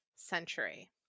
century